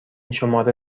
شماره